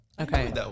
Okay